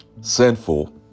sinful